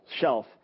shelf